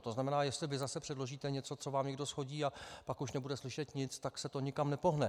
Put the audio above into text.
To znamená, jestli vy zase předložíte něco, co vám někdo shodí, a pak už nebude slyšet nic, tak se to nikam nepohne.